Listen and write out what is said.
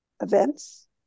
events